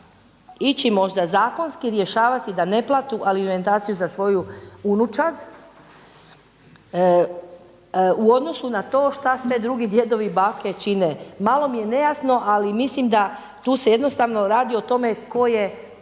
ići možda zakonski rješavati da ne plate alimentaciju za svoju unučad, u odnosu na to što sve drugi djedovi i bake čine. Malo mi je nejasno ali mislim da tu se jednostavno radi o tome tko je